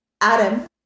Adam